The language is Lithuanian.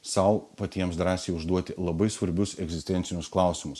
sau patiems drąsiai užduoti labai svarbius egzistencinius klausimus